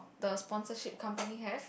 the sponsorship company have